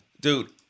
dude